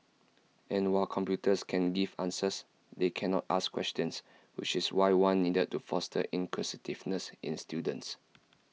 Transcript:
and while computers can give answers they cannot ask questions which is why one needed to foster inquisitiveness in students